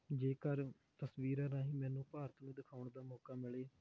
ਜੇਕਰ ਤਸਵੀਰਾਂ ਰਾਹੀਂ ਮੈਨੂੰ ਭਾਰਤ ਨੂੰ ਦਿਖਾਉਣ ਦਾ ਮੌਕਾ ਮਿਲੇ